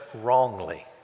wrongly